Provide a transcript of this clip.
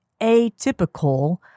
atypical